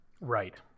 Right